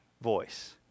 voice